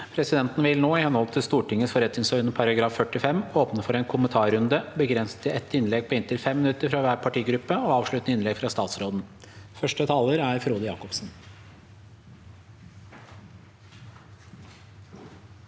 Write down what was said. Presidenten vil nå, i henhold til Stortingets forretningsordens § 45, åpne for en kommentarrunde begrenset til ett innlegg på inntil 5 minutter fra hver partigruppe og avsluttende innlegg fra statsråden. Frode Jacobsen